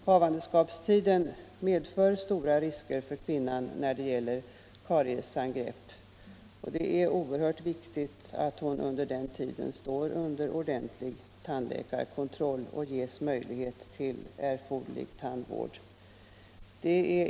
Havandeskapstiden medför stora risker för kvinnan när det gäller kariesangrepp, och det är oerhört viktigt att hon under den tiden står under ordentlig tandläkarkontroll och ges möjlighet till erforderlig tandvård.